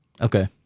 Okay